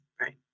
right